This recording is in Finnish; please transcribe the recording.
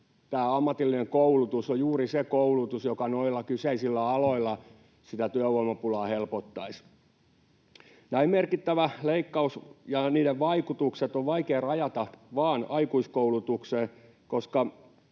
Tämä ammatillinen koulutus on juuri se koulutus, joka noilla kyseisillä aloilla sitä työvoimapulaa helpottaisi. Näin merkittävä leikkaus ja sen vaikutukset on vaikea rajata vain aikuiskoulutukseen.